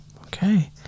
Okay